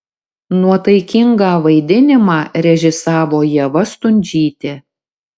nuotaikingą vaidinimą režisavo ieva stundžytė